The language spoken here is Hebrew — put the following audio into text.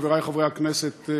חברי חברי הכנסת,